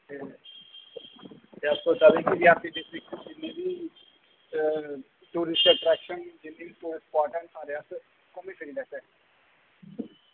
ते अस सोचा दे कि रियासी डिस्ट्रिक्ट दे जिन्ने बी टूरिस्ट अट्रैक्शन जिन्ने बी स्पॉट ऐ न घूमी फिरी लैचै